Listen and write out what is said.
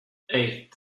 eight